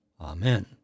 Amen